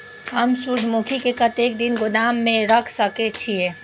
हम सूर्यमुखी के कतेक दिन गोदाम में रख सके छिए?